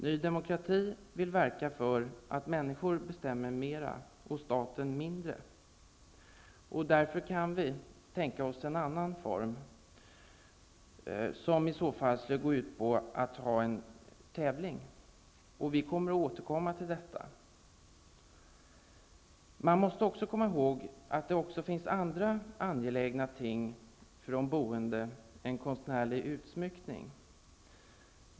Ny demokrati vill verka för att människor bestämmer mera och staten mindre, och därför kan vi tänka oss en annan form, som i så fall skulle gå ut på att man har en tävling. Vi ämnar återkomma till detta. Man måste också komma ihåg att det finns andra angelägna ting för de boende än konstnärlig utsmyckning.